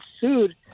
sued